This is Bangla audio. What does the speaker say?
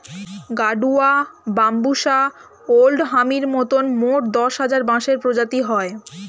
গাডুয়া, বাম্বুষা ওল্ড হামির মতন মোট দশ হাজার বাঁশের প্রজাতি হয়